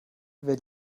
wer